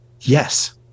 Yes